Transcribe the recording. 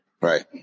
Right